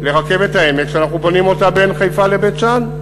לרכבת העמק שאנחנו בונים בין חיפה לבית-שאן,